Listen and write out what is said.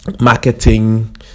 marketing